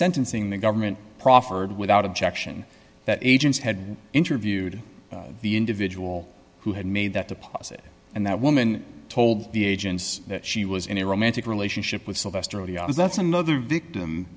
sentencing the government proffered without objection that agents had interviewed the individual who had made that deposit and that woman told the agents that she was in a romantic relationship with sylvester is that's another victim